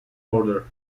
order